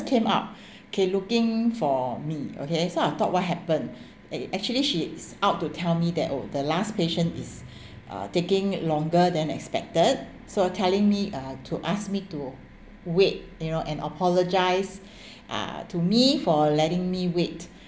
came out okay looking for me okay so I thought what happened and actually she's out to tell me that oh the last patient is uh taking longer than expected so telling me uh to ask me to wait you know and apologise uh to me for letting me wait